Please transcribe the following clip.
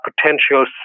potential